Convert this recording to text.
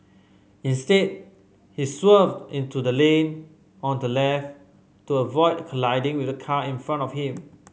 instead he swerved into the lane on the left to avoid colliding with the car in front of him